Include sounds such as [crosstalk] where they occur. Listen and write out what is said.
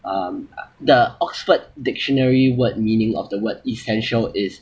um [noise] the oxford dictionary word meaning of the word essential is